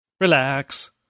Relax